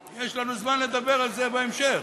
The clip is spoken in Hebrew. יש לנו זמן לדבר על זה בהמשך.